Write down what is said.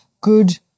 good